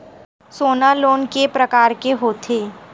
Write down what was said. सोना लोन के प्रकार के होथे?